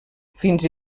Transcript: fins